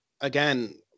again